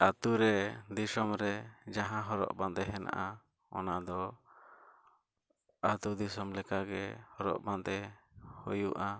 ᱟᱹᱛᱩᱨᱮ ᱫᱤᱥᱚᱢᱨᱮ ᱡᱟᱦᱟᱸ ᱦᱚᱨᱚᱜᱼᱵᱟᱸᱫᱮ ᱦᱮᱱᱟᱜᱼᱟ ᱚᱱᱟᱫᱚ ᱟᱹᱛᱩᱼᱫᱤᱥᱚᱢ ᱞᱮᱠᱟᱜᱮ ᱦᱚᱨᱚᱜᱼᱵᱟᱸᱫᱮ ᱦᱩᱭᱩᱜᱼᱟ